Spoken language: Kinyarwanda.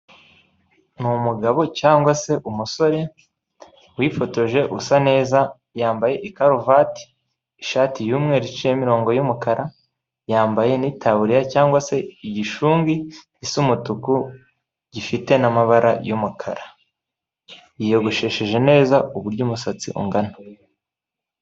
Ni umugabo cyangwa se umusore wifotoje usa neza yambaye ikaruvati ishati y'umweru icimo imirongo y'umukara yambaye n'itariya cyangwa se igishungi gisa umutuku gifite n'amabara y'umukara yiyogoshesheje neza uburyo umusatsi ungana.